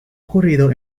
ocurrido